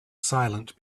silent